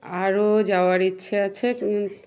আরও যাওয়ার ইচ্ছে আছে